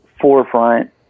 forefront